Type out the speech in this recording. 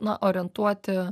na orientuoti